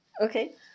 Okay